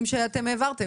נתונים שאתם העברתם.